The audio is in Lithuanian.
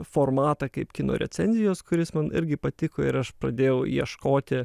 formatą kaip kino recenzijos kuris man irgi patiko ir aš pradėjau ieškoti